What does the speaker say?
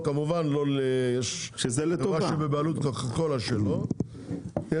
כמובן החברה שבבעלות קוקה קולה --- שזה לטובה.